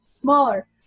smaller